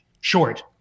short